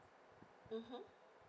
mmhmm